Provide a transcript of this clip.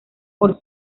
por